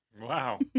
Wow